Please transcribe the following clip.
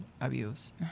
abuse